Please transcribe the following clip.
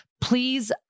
please